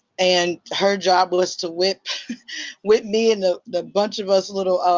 and her job was to whip whip me and the the bunch of us little,